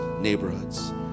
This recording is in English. neighborhoods